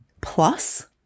plus